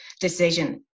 decision